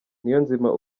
niyonzima